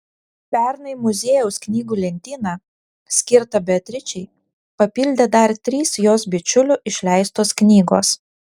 pernai muziejaus knygų lentyną skirtą beatričei papildė dar trys jos bičiulių išleistos knygos